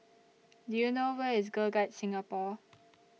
Do YOU know Where IS Girl Guides Singapore